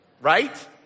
Right